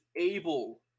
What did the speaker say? able